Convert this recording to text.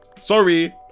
sorry